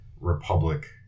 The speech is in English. republic